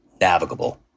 navigable